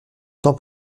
temps